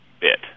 bit